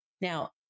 Now